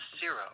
zero